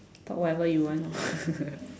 talk whatever you want lor